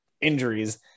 injuries